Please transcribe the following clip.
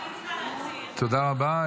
תודה רבה.